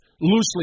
loosely